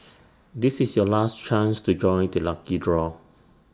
this is your last chance to join the lucky draw